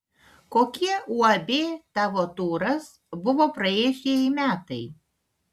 kokie uab tavo turas buvo praėjusieji metai